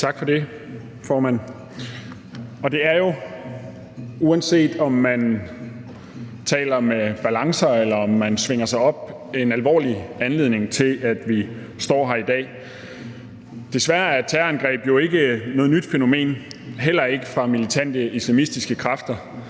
Tak for det, formand. Der er jo, uanset om man taler om balancer eller svinger sig højere op, en alvorlig anledning til, at vi står her i dag. Desværre er terrorangreb jo ikke noget nyt fænomen, heller ikke fra militante islamistiske kræfters